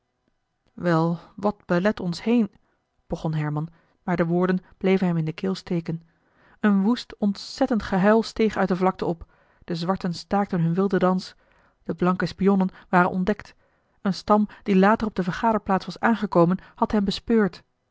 wel wat belet ons heen begon herman maar de woorden bleven hem in de keel steken eli heimans willem roda een woest ontzettend gehuil steeg uit de vlakte op de zwarten staakten hun wilden dans de blanke spionnen waren ontdekt een stam die later op de vergaderplaats was aangekomen had hen bespeurd